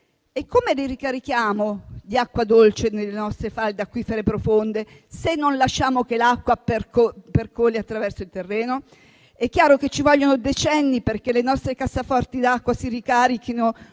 E come ricarichiamo di acqua dolce le nostre falde acquifere profonde se non lasciamo che l'acqua percoli attraverso il terreno? È chiaro che occorrono decenni perché le nostre casseforti d'acqua si ricarichino